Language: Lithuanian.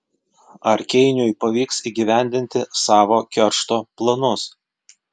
ar keiniui pavyks įgyvendinti savo keršto planus